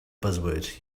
buzzword